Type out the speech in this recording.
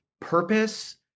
purpose